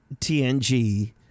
TNG